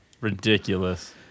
Ridiculous